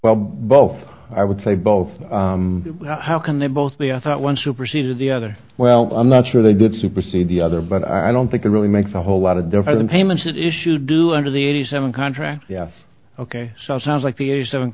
well both i would say both how can they both the i thought one superseded the other well i'm not sure they did supersede the other but i don't think it really makes a whole lot of difference in payments issue do under the eighty seven contract yes ok so it sounds like the eighty seven